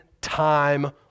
time